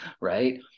right